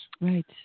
Right